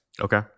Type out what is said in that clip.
Okay